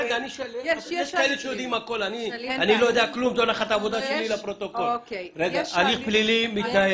מתנהל הליך פלילי?